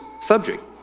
subject